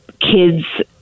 kids